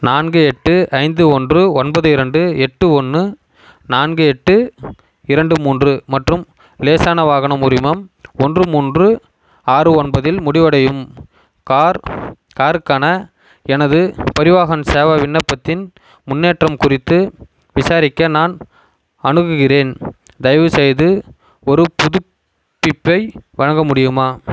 நான்கு எட்டு ஐந்து ஒன்று ஒன்பது இரண்டு எட்டு ஒன்று நான்கு எட்டு இரண்டு மூன்று மற்றும் லேசான வாகனம் உரிமம் ஒன்று மூன்று ஆறு ஒன்பது இல் முடிவடையும் கார் காருக்கான எனது பரிவாஹன் சேவா விண்ணப்பத்தின் முன்னேற்றம் குறித்து விசாரிக்க நான் அணுகுகிறேன் தயவுசெய்து ஒரு புதுப்பிப்பை வழங்க முடியுமா